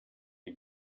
you